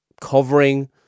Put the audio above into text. covering